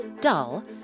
dull